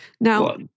Now